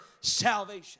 salvation